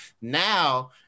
Now